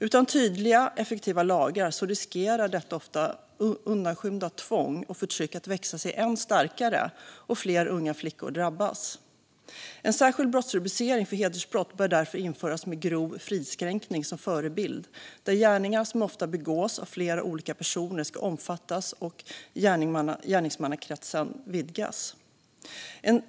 Utan tydliga och effektiva lagar riskerar detta ofta undanskymda tvång och förtryck att växa sig än starkare, så att fler unga flickor drabbas. En särskild brottsrubricering för hedersbrott bör därför införas med grov fridskränkning som förebild, så att gärningar som ofta begås av flera olika personer omfattas och gärningsmannakretsen vidgas.